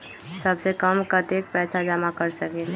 सबसे कम कतेक पैसा जमा कर सकेल?